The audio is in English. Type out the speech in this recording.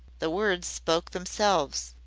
the words spoke themselves.